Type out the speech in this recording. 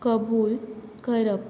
कबूल करप